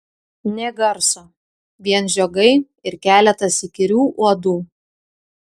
nė garso vien žiogai ir keletas įkyrių uodų